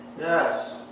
Yes